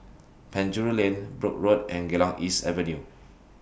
Penjuru Lane Brooke Road and Geylang East Avenue